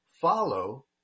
follow